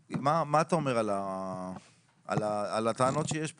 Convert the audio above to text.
מה, מה אתה אומר על הטענות שיש פה?